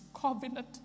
covenant